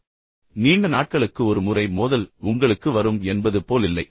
வருடத்திற்கு ஒரு முறை நீண்ட நாட்களுக்கு ஒரு முறை மோதல் உங்களுக்கு வரும் என்பது போல் இல்லை